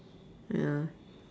ya